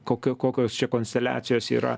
kokia kokios čia konsteliacijos yra